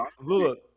look